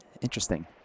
Interesting